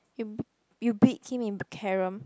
you you beat him in carrom